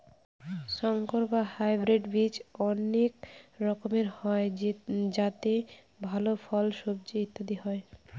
সংকর বা হাইব্রিড বীজ অনেক রকমের হয় যাতে ভাল ফল, সবজি ইত্যাদি হয়